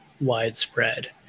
widespread